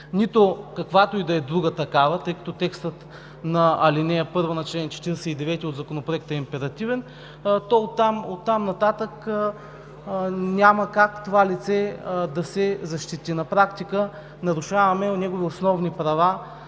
нито каквато и друга такава, тъй като текстът на ал. 1 на чл. 49 от Законопроекта е императивен, оттам нататък няма как това лице да се защити. На практика нарушаваме негови основни права,